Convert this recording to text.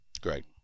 Great